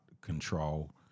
control